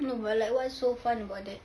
no but like what's so fun about that